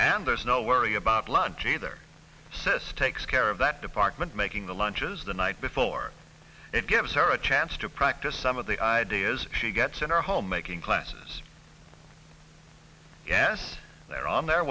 and there's no worry about lunch either sis takes care of that department making the lunches the night before it gives her a chance to practice some of the ideas she gets in our home making classes yes they're on their